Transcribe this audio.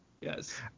Yes